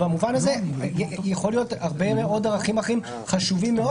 במובן הזה יכולים להיות עוד הרבה מאוד ערכים אחרים חשובים מאוד